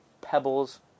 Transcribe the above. pebbles